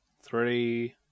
three